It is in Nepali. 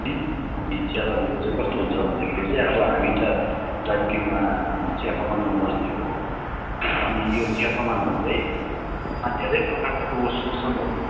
है चियाबारीको चाहिँ कस्तो हुन्छ भन्दाखेरि चाहिँ अब हामी त दार्जिलिङमा चिया कमानमा बस्ने हो अनि यो चिया कमानमा चाहिँ यहाँ धेरै प्रकारको शोषणहरू भइरहेको